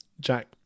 Jack